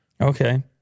okay